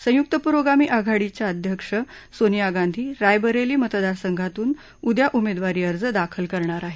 संयुक्त पुरोगामी आघाडीच्या अध्यक्ष सोनिया गांधी रायबरेली मतदारसंघातून उद्या उमेदवारी अर्ज दाखल करणार आहेत